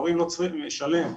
הורים לא צריכים לשלם,